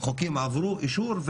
חוקים עברו אישור,